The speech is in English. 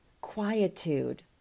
quietude